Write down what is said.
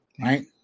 Right